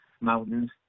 mountains